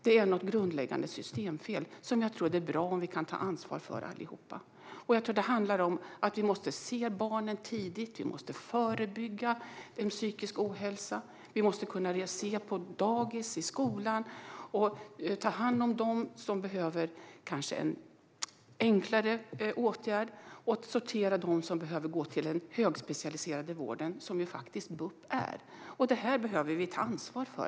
Det finns något grundläggande systemfel som jag tror att det är bra om vi allihop kan ta ansvar för. Jag tror att det handlar om att vi måste se barnen tidigt. Vi måste förebygga psykisk ohälsa. Vi måste kunna se efter på dagis och i skolan, ta hand om dem som behöver enklare åtgärder och sortera ut dem som behöver gå till den högspecialiserade vården, som BUP faktiskt är. Detta behöver vi alla ta ansvar för.